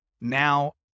Now